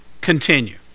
continue